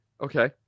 Okay